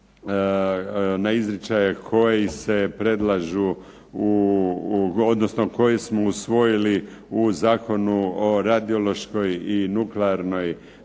odnosno koje smo usvojili u Zakonu o radiološkoj i nuklearnoj